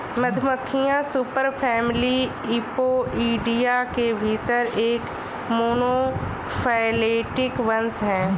मधुमक्खियां superfamily Apoidea के भीतर एक मोनोफैलेटिक वंश हैं